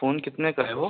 phone کتنے کا ہے وہ